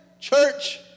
church